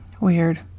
Weird